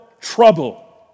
trouble